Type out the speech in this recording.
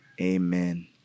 Amen